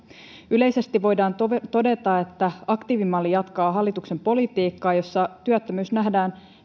yleisesti voidaan todeta että aktiivimalli jatkaa hallituksen politiikkaa jossa työttömyys nähdään